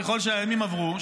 ככל שהימים עברו,